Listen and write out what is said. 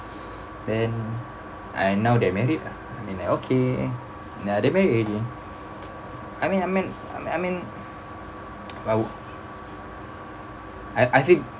then ah now they're married lah then I okay ya they're married already I mean I mean I mean I'd I I feel